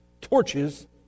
torches